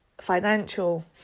financial